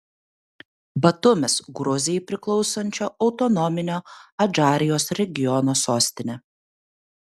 batumis gruzijai priklausančio autonominio adžarijos regiono sostinė